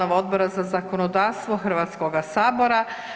Odbora za zakonodavstvo Hrvatskoga sabora.